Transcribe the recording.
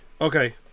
okay